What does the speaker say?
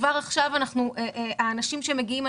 כבר עכשיו האנשים שמגיעים,